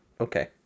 okay